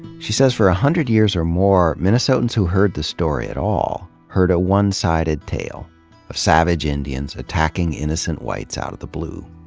she says for one ah hundred years or more, minnesotans who heard the story at all heard a one-sided tale of savage indians attacking innocent whites out of the blue.